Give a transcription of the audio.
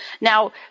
Now